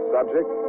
Subject